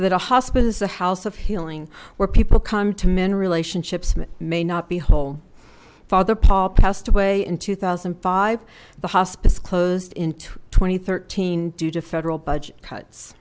that a hospital is a house of healing where people come to men relationships may not be whole father paul passed away in two thousand and five the hospice closed in two thousand and thirteen due to federal budget cuts